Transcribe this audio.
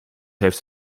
heeft